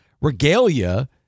regalia